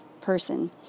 person